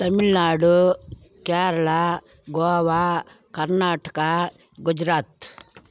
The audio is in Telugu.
తమిళనాడు కేరళ గోవా కర్ణాటక గుజరాత్